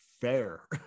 fair